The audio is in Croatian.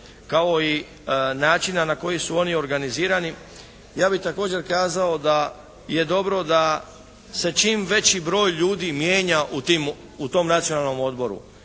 kao i načina na koji su oni organizirani ja bih također kazao da je dobro da se čim veći broj ljudi mijenja u tom Nacionalnom odboru